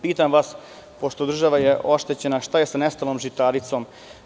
Pitam vas, pošto je država oštećena, šta je sa nestalim žitaricama?